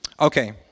Okay